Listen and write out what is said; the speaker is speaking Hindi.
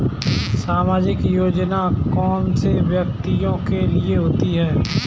सामाजिक योजना कौन से व्यक्तियों के लिए होती है?